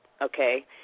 okay